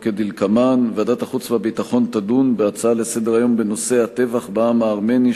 כדלקמן: ועדת החוץ והביטחון תדון בהצעה לסדר-היום בנושא הטבח בעם הארמני,